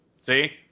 See